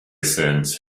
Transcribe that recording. sends